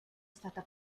stata